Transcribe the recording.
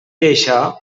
això